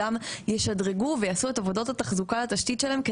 שכולם ישדרגו ויעשו את עבודות התחזוקה לתשתית שלהם,